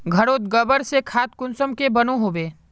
घोरोत गबर से खाद कुंसम के बनो होबे?